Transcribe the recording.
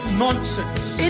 nonsense